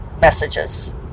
messages